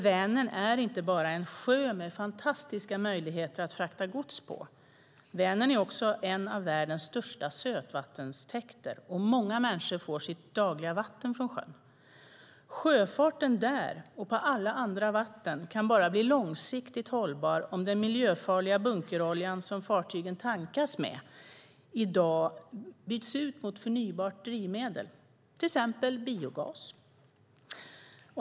Vänern är inte bara en sjö med fantastiska möjligheter att frakta gods på. Vänern är också en av världens största sötvattentäkter. Många människor får sitt dagliga vatten från sjön. Sjöfarten där och på alla andra vatten kan bli långsiktigt hållbar bara om den miljöfarliga bunkeroljan som fartygen tankas med i dag byts ut mot förnybart drivmedel, till exempel biogas.